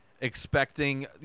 expecting